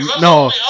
No